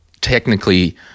technically